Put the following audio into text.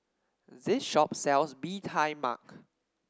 this shop sells Bee Tai Mak